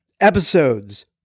episodes